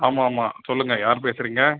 ஆமாம் ஆமாம் சொல்லுங்கள் யார் பேசுகிறிங்க